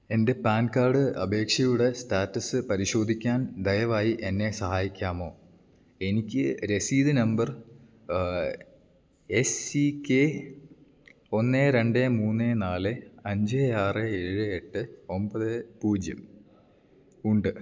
എൻ്റെ PAN card അപേക്ഷയുടെ status പരിശോധിക്കാൻ ദയവായി എന്നെ സഹായിക്കാമോ എനിക്ക് രസീത് നമ്പർ എസ് ഇ കെ ഒന്ന് രണ്ട് മൂന്ന് നാല് അഞ്ച് ആറ് ഏഴ് എട്ട് ഒമ്പത് പൂജ്യമുണ്ട്